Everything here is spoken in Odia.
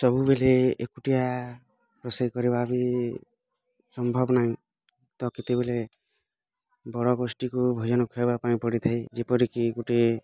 ସବୁବେଲେ ଏକୁଟିଆ ରୋଷେଇ କରବା ବି ସମ୍ଭବ ନାହିଁ ତ କେତେବେଳେ ବଡ଼ ଗୋଷ୍ଠୀ କୁ ଭୋଜନ ଖାଇବା ପାଇଁ ପଡ଼ିଥାଇ ଯେପରିକି ଗୁଟେ